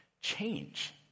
change